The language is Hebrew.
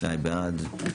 מי נגד?